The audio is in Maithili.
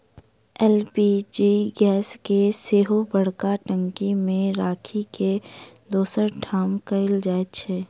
एल.पी.जी गैस के सेहो बड़का टंकी मे राखि के दोसर ठाम कयल जाइत छै